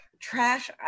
Trash